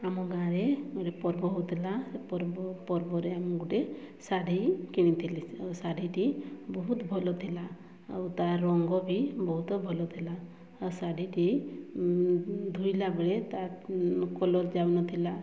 ଆମ ଗାଁରେ ଗୋଟେ ପର୍ବ ହେଉଥିଲା ସେ ପର୍ବ ପର୍ବରେ ଆମ ଗୋଟେ ଶାଢ଼ୀ କିଣିଥିଲି ଆଉ ଶାଢ଼ୀଟି ବହୁତ ଭଲ ଥିଲା ଆଉ ତା' ରଙ୍ଗ ବି ବହୁତ ଭଲ ଥିଲା ଆଉ ଶାଢ଼ୀଟି ଧୋଇଲା ବେଳେ ତା' କଲର୍ ଯାଉନଥିଲା